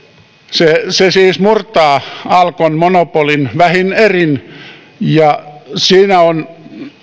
se se siis murtaa alkon monopolin vähin erin siinä on